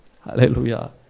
Hallelujah